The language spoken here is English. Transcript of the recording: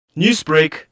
Newsbreak